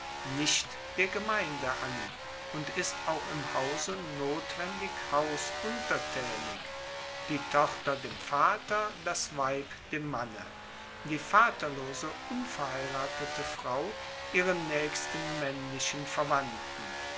nicht der gemeinde an und ist auch im hause notwendig hausuntertaenig die tochter dem vater das weib dem manne die vaterlose unverheiratete frau ihren naechsten maennlichen verwandten